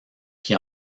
qui